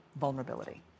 Vulnerability